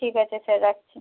ঠিক আছে স্যার রাখছি